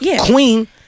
Queen